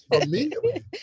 Immediately